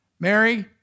Mary